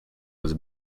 was